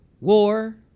war